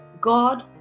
God